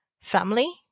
family